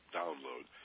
download